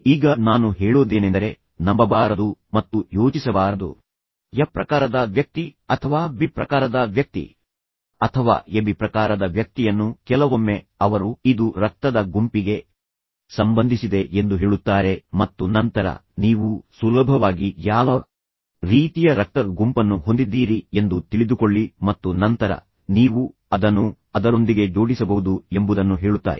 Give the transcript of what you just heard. ಈಗ ನಾನು ಹೇಳೋದೇನೆಂದರೆ ನೀವು ನಂಬಬಾರದು ಮತ್ತು ನಂತರ ನೀವು ಯೋಚಿಸಬಾರದು ಎ ಪ್ರಕಾರದ ವ್ಯಕ್ತಿ ಅಥವಾ ಬಿ ಪ್ರಕಾರದ ವ್ಯಕ್ತಿ ಅಥವಾ ಎಬಿ ಪ್ರಕಾರದ ವ್ಯಕ್ತಿಯನ್ನು ಕೆಲವೊಮ್ಮೆ ಅವರು ಇದು ರಕ್ತದ ಗುಂಪಿಗೆ ಸಂಬಂಧಿಸಿದೆ ಎಂದು ಹೇಳುತ್ತಾರೆ ಮತ್ತು ನಂತರ ನೀವು ಸುಲಭವಾಗಿ ಯಾವ ರೀತಿಯ ರಕ್ತದ ಗುಂಪನ್ನು ಹೊಂದಿದ್ದೀರಿ ಎಂದು ತಿಳಿದುಕೊಳ್ಳಿ ಮತ್ತು ನಂತರ ನೀವು ಅದನ್ನು ಅದರೊಂದಿಗೆ ಜೋಡಿಸಬಹುದು ಎಂಬುದನ್ನು ಹೇಳುತ್ತಾರೆ